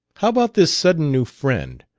how about this sudden new friend?